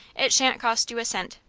it shan't cost you a cent.